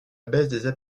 baisse